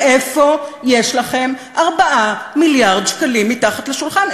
מאיפה יש לכם 4 מיליארד שקלים מתחת לשולחן?